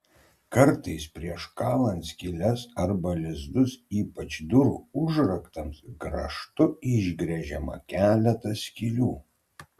kartais prieš kalant skyles arba lizdus ypač durų užraktams grąžtu išgręžiama keletas skylių